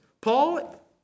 Paul